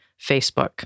Facebook